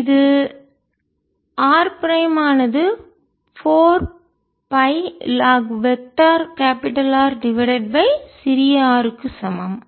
இது r prime ஆனது 4பை log vector R divided by சிறிய r க்கு சமம்